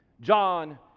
John